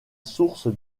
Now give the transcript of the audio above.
source